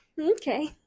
Okay